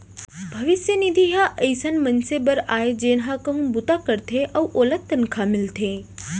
भविस्य निधि ह अइसन मनसे बर आय जेन ह कहूँ बूता करथे अउ ओला तनखा मिलथे